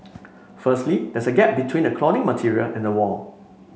firstly there's a gap between the cladding material and the wall